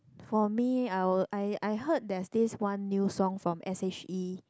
for me I will I I heard that this one new song from s_h_e